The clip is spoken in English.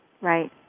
Right